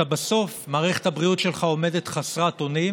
עלול להיות כזה שבסוף מערכת הבריאות שלך עומדת חסרת אונים